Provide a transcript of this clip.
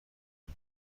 نمی